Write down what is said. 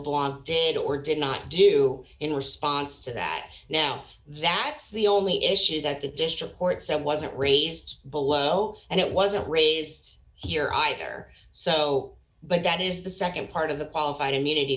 labonte did or did not do in response to that now that the only issue that the district court said wasn't raised below and it wasn't raised here either so but that is the nd part of the qualified immunity